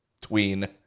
tween